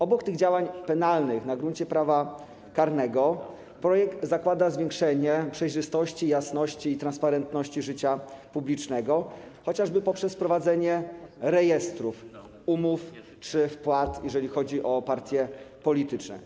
Obok tych działań penalnych na gruncie prawa karnego projekt zakłada zwiększenie przejrzystości i jasności, transparentności życia publicznego, chociażby poprzez prowadzenie rejestrów umów czy wpłat, jeżeli chodzi o partie polityczne.